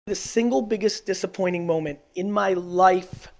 the single biggest disappointing moment in my life,